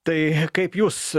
tai kaip jūs